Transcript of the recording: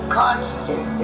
constant